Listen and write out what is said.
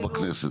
כמו בכנסת.